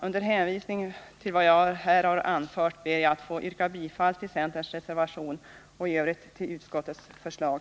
Med hänvisning till vad jag här har anfört ber jag att få yrka bifall till centerns reservation och i övrigt till utskottets förslag.